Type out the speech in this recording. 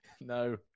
No